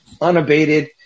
unabated